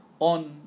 on